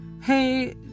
Hey